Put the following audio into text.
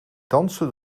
dansen